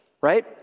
Right